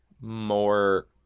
more